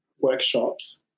workshops